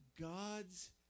God's